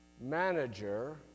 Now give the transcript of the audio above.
manager